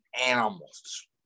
animals